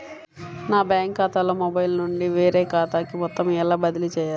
నా బ్యాంక్ ఖాతాలో మొబైల్ నుండి వేరే ఖాతాకి మొత్తం ఎలా బదిలీ చేయాలి?